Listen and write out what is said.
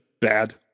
bad